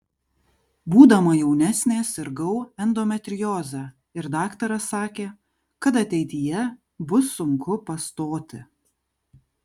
būdama jaunesnė sirgau endometrioze ir daktaras sakė kad ateityje bus sunku pastoti